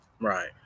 Right